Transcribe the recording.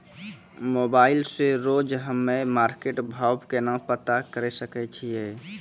Mobile से रोजे हम्मे मार्केट भाव केना पता करे सकय छियै?